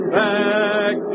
back